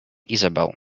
isabel